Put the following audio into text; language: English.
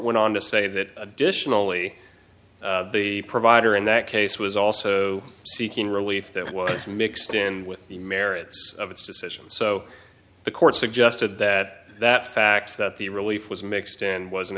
went on to say that additionally the provider in that case was also seeking relief that was mixed in with the merits of its decision so the court suggested that that fact that the relief was mixed in was an